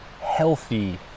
healthy